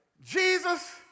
Jesus